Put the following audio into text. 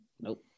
Nope